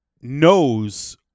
knows